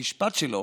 המשפט שלו,